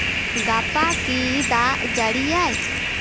ᱜᱟᱯᱟ ᱠᱤ ᱫᱟᱜ ᱡᱟᱹᱲᱤᱭᱟᱭ